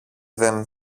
δεν